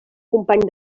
company